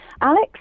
Alex